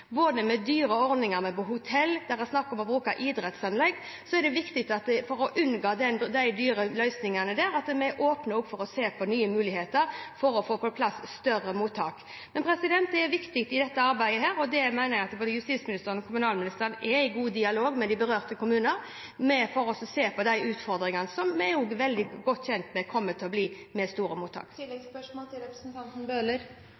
med dyre ordninger på hotell, og det er snakk om å bruke idrettsanlegg – er det viktig for å unngå de dyre løsningene at vi åpner opp for å se på nye muligheter for å få på plass større mottak. Det er viktig i dette arbeidet. Jeg mener at både justisministeren og kommunalministeren er i god dialog med de berørte kommuner for å se på de utfordringene vi er veldig godt kjent med at det kommer til å bli med store mottak.